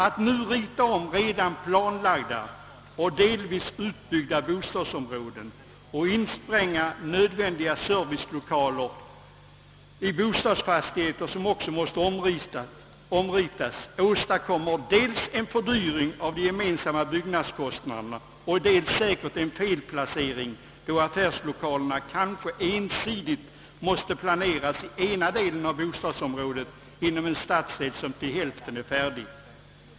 Att rita om redan planlagda och delvis utbyggda bostadsområden och spränga in nödvändiga servicelokaler i vanliga bostadsfastigheter, som då också måste ritas om, innebär dels en fördyring av de gemensamma byggnadskostnaderna, dels en felplacering, då affärslokalerna kanske ensidigt måste planeras i ena delen av bostadsområdet inom en stadsdel som till hälften är färdig.